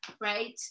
right